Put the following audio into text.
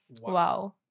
Wow